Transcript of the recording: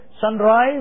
sunrise